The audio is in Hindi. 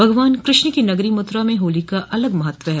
भगवान कृष्ण की नगरी मथुरा में होली का अलग महत्व है